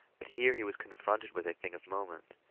but here he was confronted with a thing of moment.